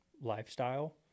lifestyle